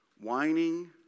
whining